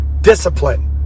discipline